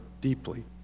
deeply